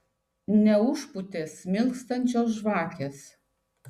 neužpūtė smilkstančios žvakės